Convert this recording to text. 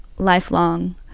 lifelong